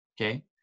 okay